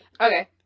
Okay